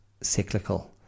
cyclical